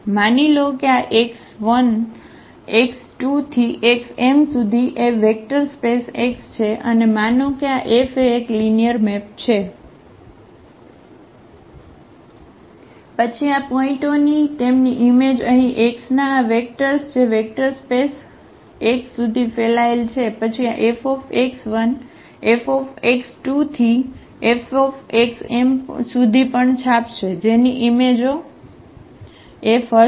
માની લો કે આ x1x2xm એ વેક્ટર સ્પેસ X છે અને માનો કે આ F એ એક લિનિયર મેપ છે પછી આ પોઇન્ટઓની તેમની ઈમેજ અહીં x ના આ વેક્ટર્સ જે વેક્ટર સ્પેસ X સુધી ફેલાયેલ છે પછી આ Fx1Fx2F પણ છાપશે જેની ઈમેજ ઓ F હશે